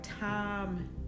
time